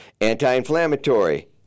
Anti-inflammatory